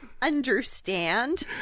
understand